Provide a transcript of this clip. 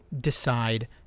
decide